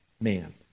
man